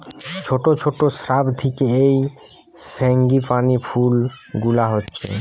ছোট ছোট শ্রাব থিকে এই ফ্রাঙ্গিপানি ফুল গুলা হচ্ছে